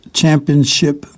championship